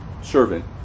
servant